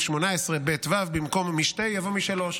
(כהונה בוועדת אתיקה),